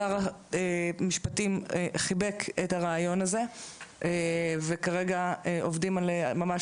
שר המשפטים חיבק את הרעיון הזה וכרגע עובדים ממש על